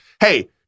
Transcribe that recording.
hey